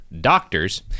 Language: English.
doctors